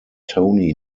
tony